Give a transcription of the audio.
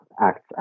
acts